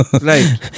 right